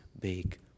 big